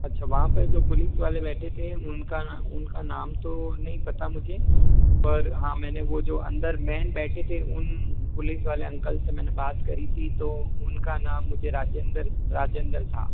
अच्छा वहां पे जो पुलिस वाले बैठे थे उनका उनका नाम तो नहीं पता मुझे पर हाँ मैंने वो जो अंदर मेन बैठे थे उन पुलिस वाले अंकल से मैंने बात करी थी तो उन का नाम मुझे राजेंदर राजेंदर था